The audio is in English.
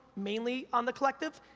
mainly on the collective?